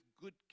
good